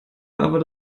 aber